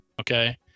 Okay